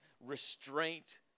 restraint